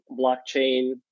blockchain